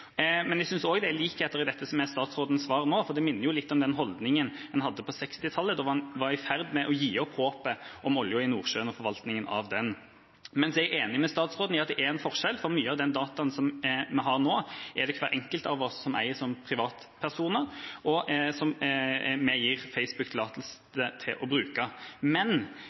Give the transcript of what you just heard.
Jeg synes også det er likheter i statsrådens svar nå, for det minner litt om den holdningen en hadde på 1960-tallet, da en var i ferd med å gi opp håpet om oljen i Nordsjøen og forvaltningen av den. Men jeg er enig med statsråden i at det er en forskjell, for mye av den dataen som vi har nå, er det hver enkelt av oss som privatpersoner som eier, og som vi gir Facebook tillatelse til å bruke. Men